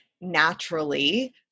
naturally